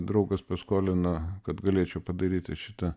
draugas paskolino kad galėčiau padaryti šitą